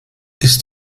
ist